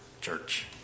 Church